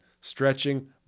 stretching